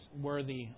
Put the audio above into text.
worthy